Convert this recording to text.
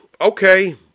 Okay